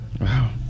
Wow